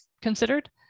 considered